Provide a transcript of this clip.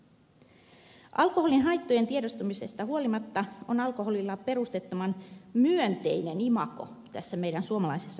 alkoholin haittojen tiedostamisesta huolimatta on alkoholilla perusteettoman myönteinen imago tässä meidän suomalaisessa yhteiskunnassamme